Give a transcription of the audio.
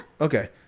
Okay